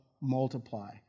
multiply